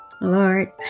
Lord